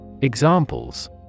Examples